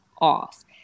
off